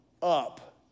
up